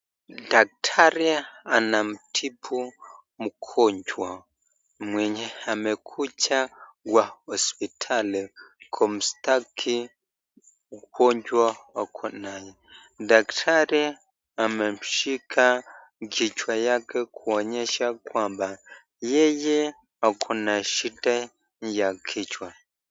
Daktari anamtibu mgonjwa mwenye amekuja hospitali kwa msataki, ugonjwa ako naye. Daktari amemshika kichwa yake kuonyesha kwamba yeye ako na shida ya kichwa.